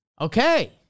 Okay